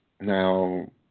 now